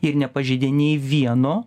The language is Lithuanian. ir nepažeidė nei vieno